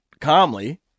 calmly